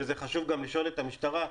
וזה חשוב גם לשאול את המשטרה,